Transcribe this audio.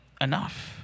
enough